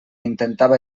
intentava